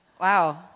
Wow